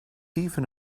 even